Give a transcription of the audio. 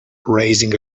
raising